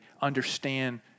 understand